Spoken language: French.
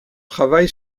travail